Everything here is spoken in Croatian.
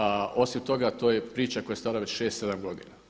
A osim toga, to je priča koja je stara već 6, 7 godina.